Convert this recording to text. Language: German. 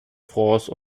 france